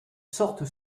sortent